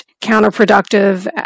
counterproductive